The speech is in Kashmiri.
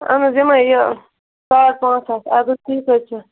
اہن حظ یِمَے یہِ ساڑ پانٛژھ ہَتھ اَدٕ حظ ٹھیٖک حظ چھِ